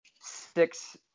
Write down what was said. six